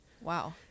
Wow